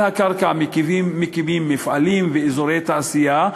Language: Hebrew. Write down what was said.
על הקרקע מקימים מפעלים ואזורי תעשייה.